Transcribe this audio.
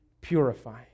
purifying